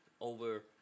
over